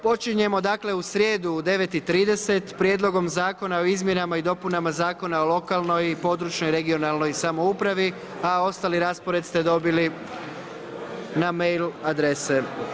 Počinjemo dakle u srijedu u 9 i 30 Prijedlogom zakona o izmjenama i dopunama Zakona o lokalnoj i područnoj regionalnoj samoupravi, a ostali raspored ste dobili na mail adrese.